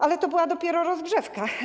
Ale to była dopiero rozgrzewka.